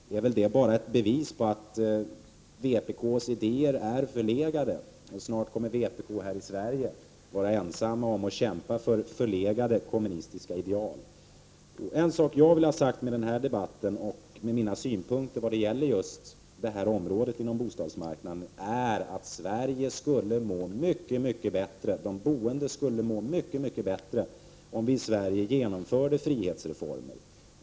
Det är väl bara ett bevis på att vpk:s idéer är förlegade. Snart kommer vpk här i Sverige att vara ensamt om att kämpa för förlegade kommunistiska idéer. En sak jag vill ha sagt i den här debatten med mina synpunkter vad gäller just detta område inom bostadsmarknaden är att de boende skulle må mycket mycket bättre, om vi i Sverige genomförde frihetsreformer.